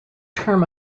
term